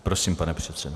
Prosím, pane předsedo.